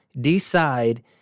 decide